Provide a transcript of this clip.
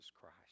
Christ